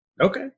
okay